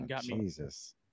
Jesus